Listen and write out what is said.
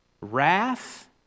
wrath